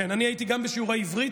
הייתי גם בשיעורי עברית,